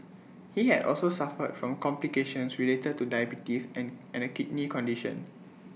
he had also suffered from complications related to diabetes and and A kidney condition